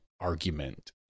argument